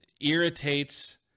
irritates